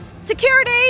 Security